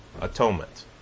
atonement